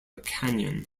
canyon